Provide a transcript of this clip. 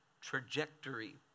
trajectory